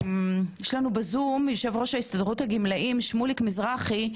בבקשה, יושב-ראש הסתדרות הגימלאים שמוליק מזרחי.